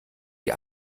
die